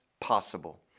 possible